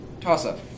Toss-up